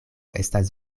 estas